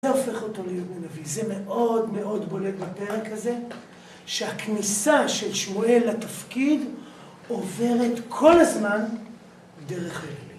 זה הופך אותו ליהודי נביא, זה מאוד מאוד בולט בפרק הזה שהכניסה של שמואל לתפקיד עוברת כל הזמן דרך הילדים.